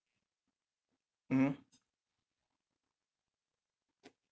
mmhmm